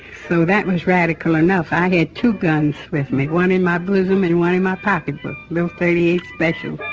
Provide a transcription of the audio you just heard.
so that was radical enough. i had two guns with me, one in my bosom and one in my pocketbook, little thirty eight specials.